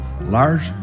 large